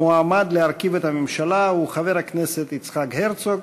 המועמד להרכיב את הממשלה הוא חבר הכנסת יצחק הרצוג.